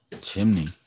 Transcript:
Chimney